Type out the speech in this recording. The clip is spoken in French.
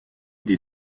des